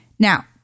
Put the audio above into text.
Now